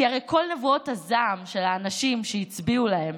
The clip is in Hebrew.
כי הרי כל נבואות הזעם של האנשים שהצביעו להם,